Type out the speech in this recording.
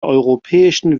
europäischen